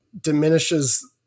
diminishes